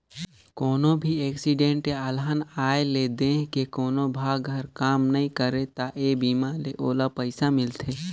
कोनो भी एक्सीडेंट य अलहन आये ले देंह के कोनो भाग हर काम नइ करे त ए बीमा ले ओला पइसा मिलथे